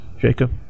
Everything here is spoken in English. Jacob